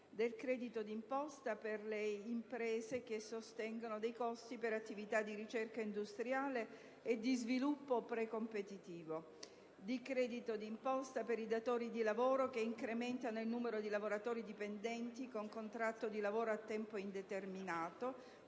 del credito d'imposta per le imprese che sostengono dei costi per attività di ricerca industriale e di sviluppo precompetitivo; per i datori di lavoro che incrementano il numero di lavoratori dipendenti con contratto di lavoro a tempo indeterminato,